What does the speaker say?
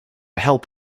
help